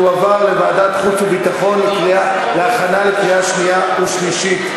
תועבר לוועדת החוץ והביטחון להכנה לקריאה שנייה ושלישית.